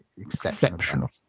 exceptional